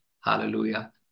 Hallelujah